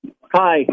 Hi